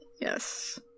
yes